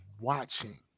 watching